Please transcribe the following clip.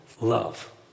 love